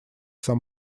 сам